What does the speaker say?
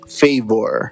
favor